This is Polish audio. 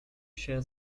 się